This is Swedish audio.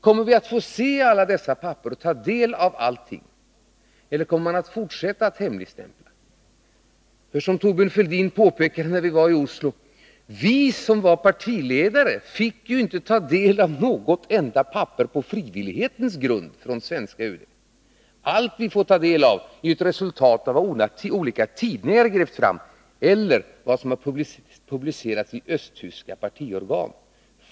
Kommer vi att få se alla dessa papper och få ta del av allting, eller kommer man att fortsätta att hemligstämpla? Vi partiledare, som Thorbjörn Fälldin påpekade när vi var i Oslo, fick ju inte ta del av något enda papper från svenska UD på frivillighetens grund. Allt vi får ta del av är ett resultat av vad olika tidningar grävt fram eller vad som publicerats i östtyska partiorgan.